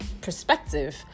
perspective